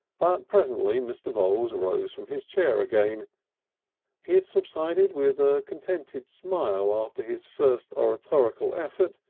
but presently mr. voules rose from his chair again he had subsided with a contented smile after his first oratorical effort,